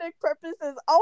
purposes